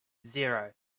zero